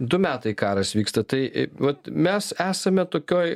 du metai karas vyksta tai vat mes esame tokioj